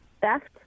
theft